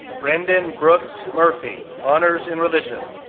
brendann brooks murphy, honors in religion,